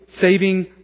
saving